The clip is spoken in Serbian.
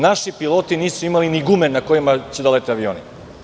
Naši piloti nisu imali ni gume na kojima će da lete avioni.